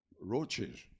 roaches